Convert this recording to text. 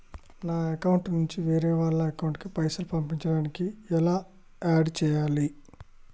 నా అకౌంట్ నుంచి వేరే వాళ్ల అకౌంట్ కి పైసలు పంపించడానికి ఎలా ఆడ్ చేయాలి?